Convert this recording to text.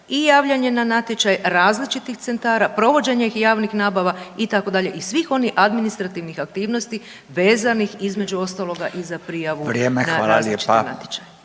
i javljanje na natječaj različitih centara, provođenje javnih nabava itd. i svih onih administrativnih aktivnosti vezanih između ostaloga i za prijavu na različite natječaje.